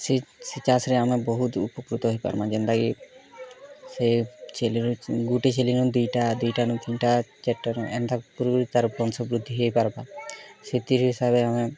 ସେଇ ସେଇ ଚାଷ ରେ ଆମେ ବହୁତ ଉପକୃତ ହେଇ ପାରମା ଯେନ୍ତା କି ସେଇ ଛେଲି ର ଗୁଟେ ଛେଲି ନୁ ଦୁଇ ଟା ଦୁଇ ଟା ନୁ ତିନି ଟା ଚାରି ଟା ରୁ ଏନ୍ତା କରି କରି ତାର୍ ବଂଶ ବୃଦ୍ଧି ହେଇ ପାରିମା ସେଥିରେ ସଭିଏ ଆମେ